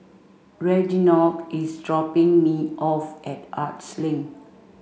Reginald is dropping me off at Arts Link